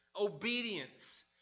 obedience